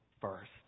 first